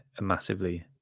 massively